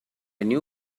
new